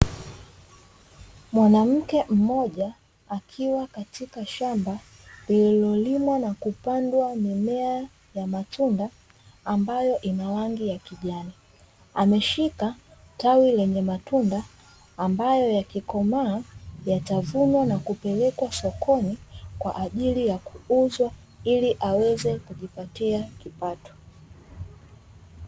Mwanamke mmoja akiwa katika shamba lililolimwa na kupandwa mimea ya matunda ambayo ina rangi ya kijani ameshika tawi lenye matunda ambayo yakikomaa yatavunwa na kupelekwa sokoni kwa ajili ya kuuzwa ili aweze kujipatia kipato.